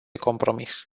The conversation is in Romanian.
compromis